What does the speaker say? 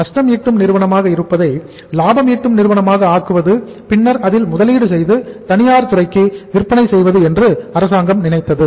நஷ்டம் ஈட்டும் நிறுவனமாக இருப்பதை லாபம் ஈட்டும் நிறுவனமாக ஆக்குவது பின்னர் அதில் முதலீடு செய்து தனியார் துறைக்கு விற்பனை செய்வது என்று அரசாங்கம் நினைத்தது